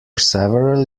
several